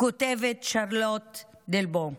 כותבת שרלוט דלבו: